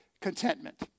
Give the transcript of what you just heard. contentment